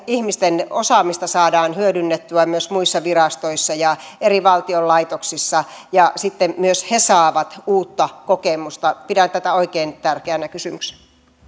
ihmisten osaamista saadaan hyödynnettyä myös muissa virastoissa ja valtion eri laitoksissa ja sitten myös he saavat uutta kokemusta pidän tätä oikein tärkeänä kysymyksenä